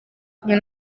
kumwe